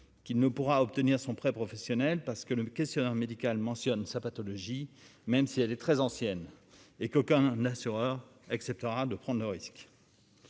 qui ne pourra obtenir son prêt professionnel parce que le questionnaire médical mentionne sa pathologie, même si elle est très ancienne et que qu'un assureur, acceptera de prendre de risque.